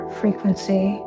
frequency